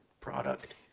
product